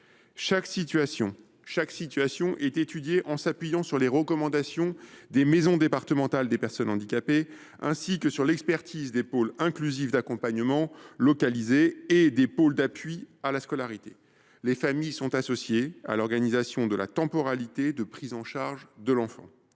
Chaque situation est étudiée en s’appuyant sur les recommandations des maisons départementales des personnes handicapées (MDPH) ainsi que sur l’expertise des pôles inclusifs d’accompagnement localisés (Pial) et des pôles d’appui à la scolarité (PAS). Les familles sont associées à l’organisation de la temporalité de prise en charge de l’enfant.